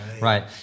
right